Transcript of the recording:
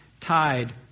tied